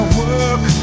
work